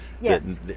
Yes